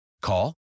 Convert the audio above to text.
Call